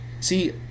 See